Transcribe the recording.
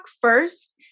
first